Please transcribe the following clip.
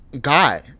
guy